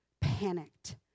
panicked